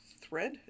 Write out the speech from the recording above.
thread